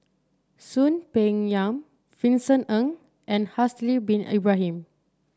Soon Peng Yam Vincent Ng and Haslir Bin Ibrahim